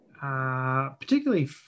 particularly